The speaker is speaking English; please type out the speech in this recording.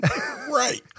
Right